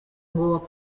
ngo